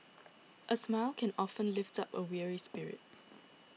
a smile can often lift up a weary spirit